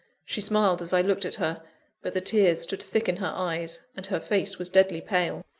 she smiled as i looked at her but the tears stood thick in her eyes, and her face was deadly pale.